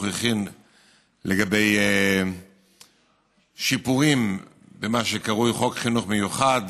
הכין לגבי שיפורים במה שקרוי חוק חינוך מיוחד: